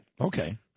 Okay